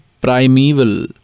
primeval